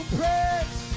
prayers